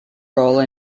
role